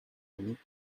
need